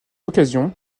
occasion